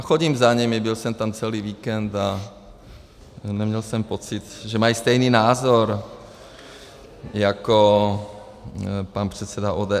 Chodím za nimi, byl jsem tam celý víkend a neměl jsem pocit, že mají stejný názor jako pan předseda ODS.